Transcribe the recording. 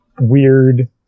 weird